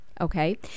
Okay